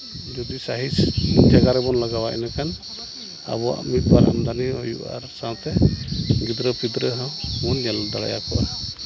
ᱡᱩᱫᱤ ᱥᱟᱹᱦᱤ ᱡᱟᱭᱜᱟ ᱨᱮᱵᱚᱱ ᱞᱟᱜᱟᱣᱟ ᱮᱱᱠᱷᱟᱱ ᱟᱵᱚᱣᱟᱜ ᱢᱤᱫ ᱵᱟᱨ ᱟᱢᱫᱟᱱᱤ ᱦᱚᱸ ᱦᱩᱭᱩᱜᱼᱟ ᱟᱨ ᱥᱟᱶᱛᱮ ᱜᱤᱫᱽᱨᱟᱹ ᱯᱤᱫᱽᱨᱟᱹ ᱦᱚᱸ ᱵᱚᱱ ᱧᱮᱞ ᱫᱟᱲᱮᱭᱟᱠᱚᱣᱟ